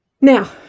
Now